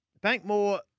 Bankmore